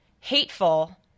hateful